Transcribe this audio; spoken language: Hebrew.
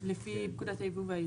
לפי פקודת הייבוא והייצוא.